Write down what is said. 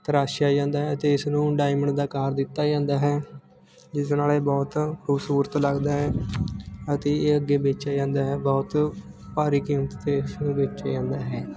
ਤਰਾਸ਼ਿਆ ਜਾਂਦਾ ਅਤੇ ਇਸਨੂੰ ਡਾਇਮੰਡ ਦਾ ਅਕਾਰ ਦਿੱਤਾ ਜਾਂਦਾ ਹੈ ਜਿਸ ਨਾਲ ਇਹ ਬਹੁਤ ਖੂਬਸੂਰਤ ਲੱਗਦਾ ਹੈ ਅਤੇ ਇਹ ਅੱਗੇ ਵੇਚਿਆ ਜਾਂਦਾ ਹੈ ਬਹੁਤ ਭਾਰੀ ਕੀਮਤ 'ਤੇ ਇਸਨੂੰ ਵੇਚਿਆ ਜਾਂਦਾ ਹੈ